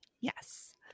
yes